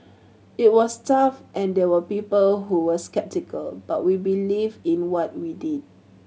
it was tough and there were people who were sceptical but we believed in what we did